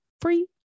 free